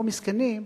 לא מסכנים,